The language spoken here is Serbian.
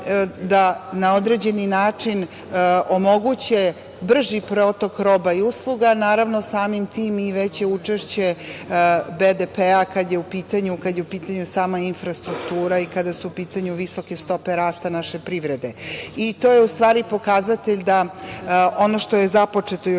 Na određeni način omogućiće brži protok roba i usluga, naravno, samim tim i veće učešće BDP-a kada je u pitanju sama infrastruktura i kada su u pitanju visoke stope rasta naše privrede. To je u stvari pokazatelj da ono što je započeto još